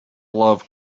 love